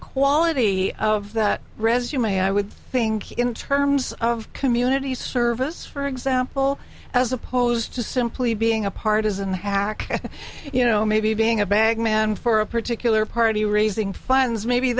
quality of that resume i would think in terms of community service for example as opposed to simply being a partisan hack you know maybe being a bag man for a particular party raising funds maybe